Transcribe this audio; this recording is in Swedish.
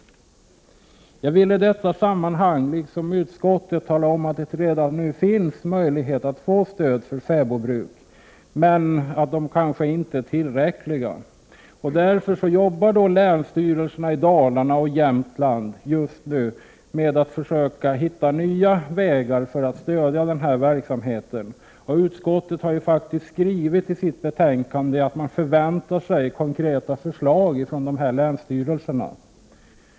Jag vill i detta sammanhang säga att det redan nu finns möjlighet att få stöd för fäbodbruk, även om dessa möjligheter kanske inte är tillräckliga. Därför arbetar länsstyrelserna i Dalarna och Jämtland med att försöka hitta nya vägar att stödja den här verksamheten, och utskottet har faktiskt skrivit i sitt betänkande att det förväntar sig konkreta förslag från de berörda länsstyrelserna.